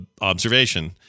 observation